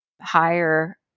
higher